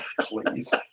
Please